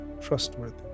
trustworthy